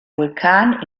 vulkan